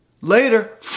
Later